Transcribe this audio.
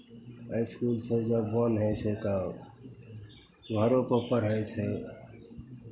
इसकुलसँ जे मोन होइ छै तब घरोपर पढ़ै छै